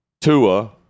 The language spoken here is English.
Tua